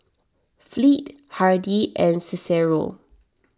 Fleet Hardy and Cicero